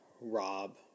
Rob